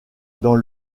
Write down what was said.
dans